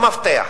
המפתח